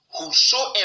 Whosoever